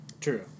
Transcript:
True